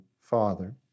Father